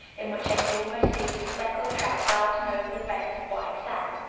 in which they could almost see the speckled trout darting over the beds of white sand.